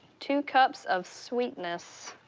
two cups of sweetness.